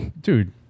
Dude